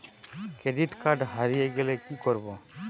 Credit card হারিয়ে গেলে কি করব?